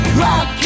rock